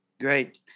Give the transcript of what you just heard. Great